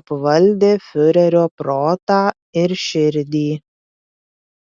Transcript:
apvaldė fiurerio protą ir širdį